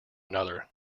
another